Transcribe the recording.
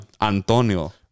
Antonio